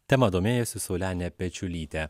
tema domėjosi saulenė pečiulytė